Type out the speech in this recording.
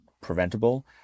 preventable